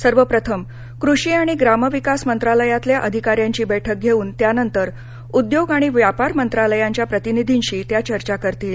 सर्वप्रथम कृषी आणि ग्राम विकास मंत्रालयातल्या अधिकाऱ्यांची बैठक घेऊन त्यानंतर उद्योग आणि व्यापार मंत्रालयांच्या प्रतिनिधींशी त्या चर्चा करतील